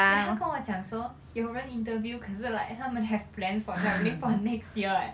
then 他跟我讲说有人 interview 可是 like 他们 have plans for travelling for next year eh